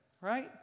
right